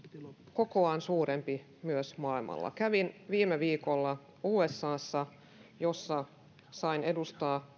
kokoaan suurempi myös maailmalla kävin viime viikolla usassa jossa sain edustaa